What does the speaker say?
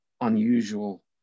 unusual